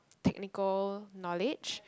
technical knowledge